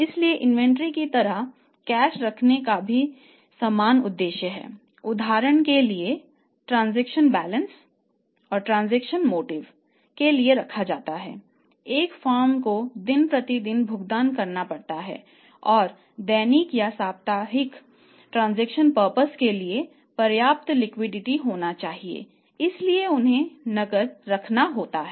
इसलिए इन्वेंट्री होनी चाहिए इसलिए उन्हें नकदी रखना होता है